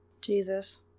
Jesus